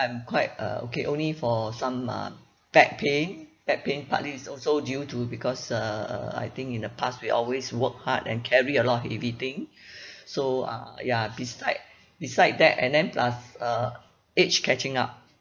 I'm quite uh okay only for some uh back pain back pain partly is also due to because err err I think in the past we always work hard and carry a lot of heavy thing so uh ya beside beside that and then plus uh age catching up